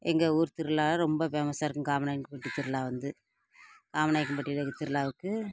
எங்கள் ஊர் திருவிழா ரொம்ப ஃபேமஸாக இருக்கும் காமநாயக்கன் பட்டி திருவிழா வந்து காமநாயக்கன் பட்டியில் திருவிழாவுக்கு